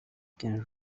can